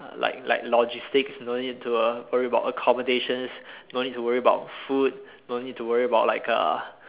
like like logistics don't need to worry about accommodations don't need to worry about food don't need to worry about like uh